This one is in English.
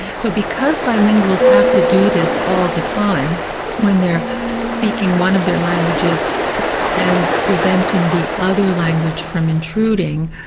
so because bilinguals have to do this all the time when they're speaking one of their languages and preventing the other language from intruding,